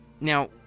Now